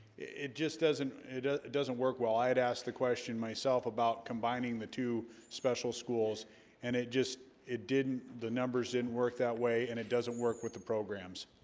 it just doesn't it ah it doesn't work well i had asked the question myself about combining the two special schools and it just it didn't the numbers didn't work that way, and it doesn't work with the programs